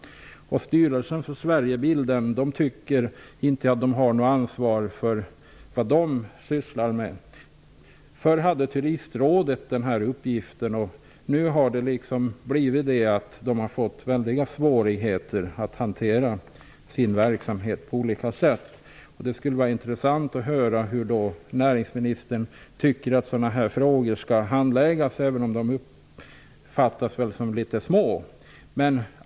Styrelsen för Sverigebilden tycker inte att den har något ansvar för vad det sysslar med. Förr hade Turistrådet detta ansvar, och rådet har nu i olika avseenden fått stora svårigheter att bedriva sin verksamhet. Det skulle vara intressant att höra hur näringsministern tycker att sådana här frågor skall handläggas, även om de kan uppfattas som litet små.